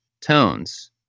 tones